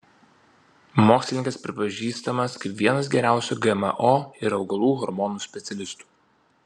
mokslininkas pripažįstamas kaip vienas geriausių gmo ir augalų hormonų specialistų